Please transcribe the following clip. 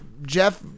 Jeff